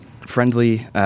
friendly